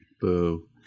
Boo